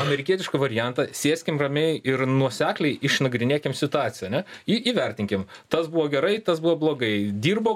amerikietišką variantą sėskim ramiai ir nuosekliai išnagrinėkim situaciją ane jį įvertinkim tas buvo gerai tas buvo blogai dirbo